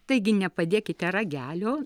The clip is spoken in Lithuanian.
taigi nepadėkite ragelio